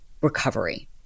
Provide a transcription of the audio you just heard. recovery